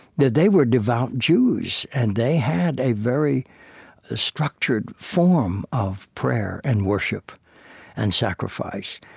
that they were devout jews, and they had a very structured form of prayer and worship and sacrifice,